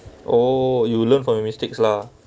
oh you learn from your mistakes lah